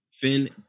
Finn